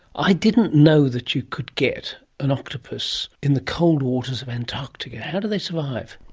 i didn't know that you could get an octopus in the cold waters of antarctica. how do they survive?